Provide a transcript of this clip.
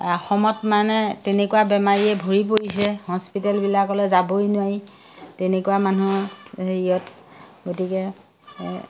অসমত মানে তেনেকুৱা বেমাৰীৰে ভৰি পৰিছে হস্পিটেলবিলাকলৈ যাবই নোৱাৰি তেনেকুৱা মানুহৰ হেৰিয়ত গতিকে